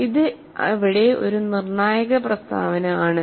ഇത് അവിടെ ഒരു നിർണായക പ്രസ്താവന ആണ്